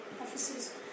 officers